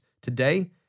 today